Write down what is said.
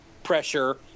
Pressure